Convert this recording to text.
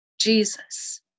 jesus